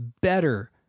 better